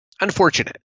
Unfortunate